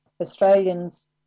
Australians